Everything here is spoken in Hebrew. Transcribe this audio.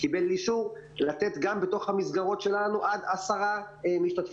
קיבל אישור לתת גם בתוך המסגרות שלנו עד 10 ילדים.